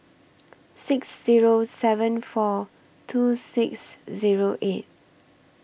six Zero seven four two six Zero eight